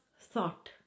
thought